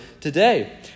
today